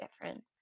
different